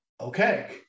okay